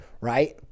right